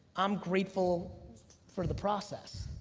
i'm grateful for the process.